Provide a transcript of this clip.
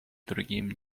другим